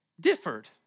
differed